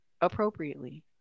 appropriately